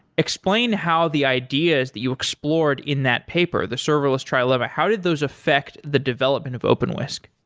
explain how the ideas that you explored in that paper, the serverless trilema, how did those affect the development of openwhisk?